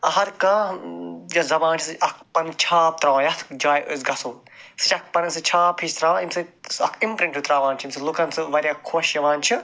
ہر کانٛہہ یۄس زبان چھِ سۄ چھِ اَکھ پَنٕنۍ چھاپ ترٛاوان یَتھ جایہِ أسۍ گژھو سۄ چھِ اَکھ پَنٕنۍ سۄ چھاپ ہِش ترٛاوان ییٚمہِ سۭتۍ سُہ اَکھ اِمپرٛنٛٹ ہیٛو ترٛاوان چھِ ییٚمہِ سۭتۍ لوٗکَن سۄ واریاہ خۄش یِوان چھِ